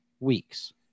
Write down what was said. weeks